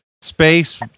space